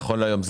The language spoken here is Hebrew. נכון להיום,